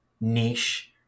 niche